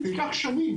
זה ייקח שנים.